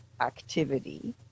activity